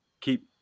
keep